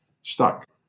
stuck